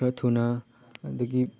ꯈꯔ ꯊꯨꯅ ꯑꯗꯒꯤ